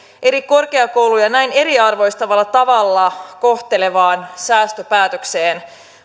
eri korkeakouluja näin eriarvoistavalla tavalla kohtelevaan säästöpäätökseen